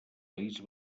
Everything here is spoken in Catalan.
país